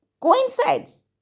coincides